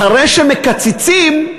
אחרי שמקצצים,